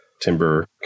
timber